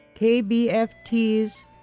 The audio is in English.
KBFT's